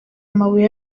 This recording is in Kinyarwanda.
amabuye